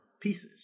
pieces